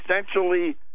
essentially